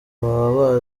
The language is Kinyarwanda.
baba